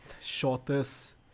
Shortest